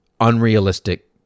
unrealistic